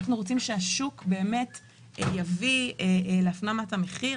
אנחנו רוצים שהשוק יפנים את המחיר,